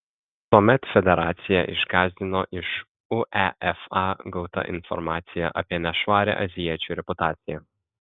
tuomet federaciją išgąsdino iš uefa gauta informacija apie nešvarią azijiečių reputaciją